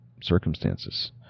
circumstances